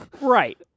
Right